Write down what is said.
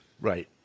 Right